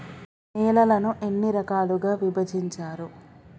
నేలలను ఎన్ని రకాలుగా విభజించారు?